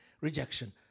Rejection